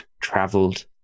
traveled